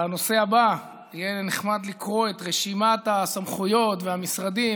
בנושא הבא יהיה נחמד לקרוא את רשימת הסמכויות והמשרדים,